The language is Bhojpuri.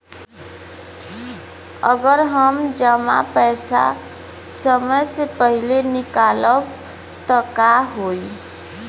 अगर हम जमा पैसा समय से पहिले निकालब त का होई?